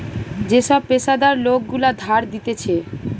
যে সব পেশাদার লোক গুলা ধার দিতেছে